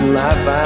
life